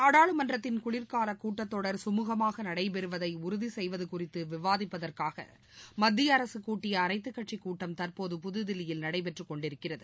நாடாளுமன்றத்தின் குளிர்காலக் கூட்டத் தொடர் சுமூகமாக நடைபெறுவதை உறுதி செய்வது குறித்து விவாதிப்பதற்காக மத்திய அரசு கூட்டிய அனைத்துக் கட்சிக் கூட்டம் தற்போது புதுதில்லியில் நடைபெற்றுக்கொண்டிருக்கிறது